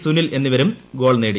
സുനിൽ എന്നിവരും ഗോൾ നേടി